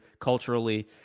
culturally